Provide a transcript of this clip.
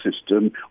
system